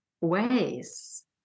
ways